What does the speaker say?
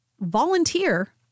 volunteer